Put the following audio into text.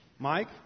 Mike